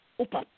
opa